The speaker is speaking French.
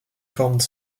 forme